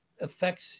affects